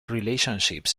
relationships